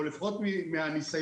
או לפחות מהניסיון,